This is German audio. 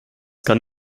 kann